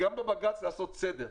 גם בבג"ץ לעשות סדר.